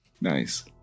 Nice